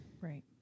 Right